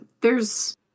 there's-